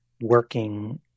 working